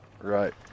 right